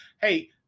Hey